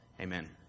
Amen